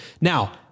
Now